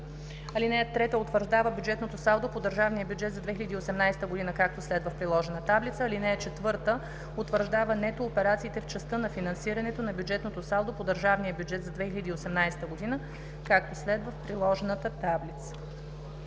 таблица. „(3) Утвърждава бюджетното салдо по държавния бюджет за 2018 г., както следва:“ в приложената таблица. „(4) Утвърждава нето операциите в частта на финансирането на бюджетното салдо по държавния бюджет за 2018 г., както следва:“ в приложената таблица.“